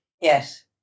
Yes